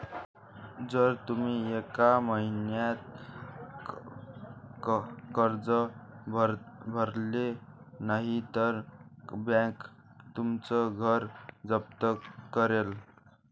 जर तुम्ही एका महिन्यात कर्ज भरले नाही तर बँक तुमचं घर जप्त करेल